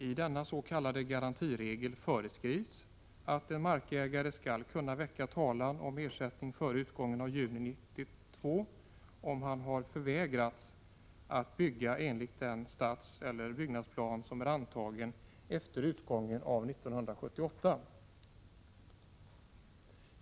I den s.k. garantiregeln föreskrivs att en markägare skall kunna väcka talan om ersättning före utgången av juni 1992, om han har förvägrats att bygga enligt den stadseller byggnadsplan som är antagen efter utgången av 1978.